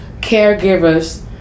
caregivers